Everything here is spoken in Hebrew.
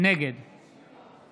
נגד